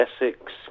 Essex